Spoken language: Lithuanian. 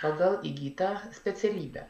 pagal įgytą specialybę